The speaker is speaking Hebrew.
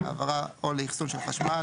להעברה או לאחסון של חשמל,